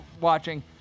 watching